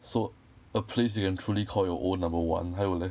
so a place you can truly call your own number one 还有 leh